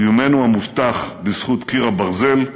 קיומנו המובטח בזכות "קיר הברזל"